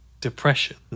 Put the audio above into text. depression